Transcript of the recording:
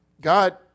God